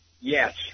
Yes